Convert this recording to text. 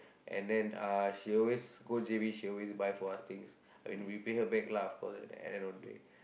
and then uh she always go J_B she always buy for us things and we pay her back lah of course at the end of the day